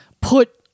put